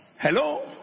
Hello